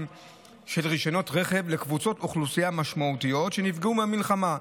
של רישיונות רכב לקבוצות אוכלוסייה משמעותיות שנפגעו מהמלחמה,